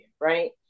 right